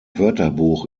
wörterbuch